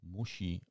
musi